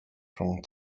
rhwng